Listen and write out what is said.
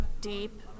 deep